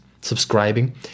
Subscribing